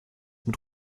mit